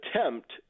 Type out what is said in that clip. attempt